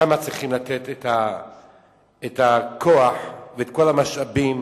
שם צריכים לתת את הכוח ואת כל המשאבים